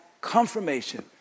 confirmation